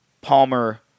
Palmer